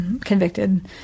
convicted